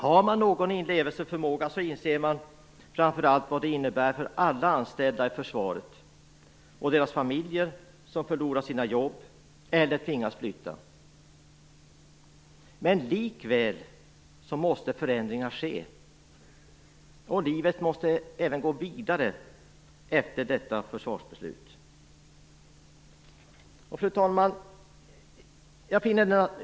Har man någon inlevelseförmåga inser man vad det innebär framför allt för alla anställda inom försvaret som förlorar sina jobb eller tvingas flytta. Men likväl måste förändringar ske, och livet måste gå vidare även efter detta försvarsbeslut. Fru talman!